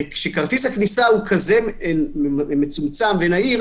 כאשר כרטיס הכניסה הוא מצומצם ונהיר